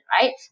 right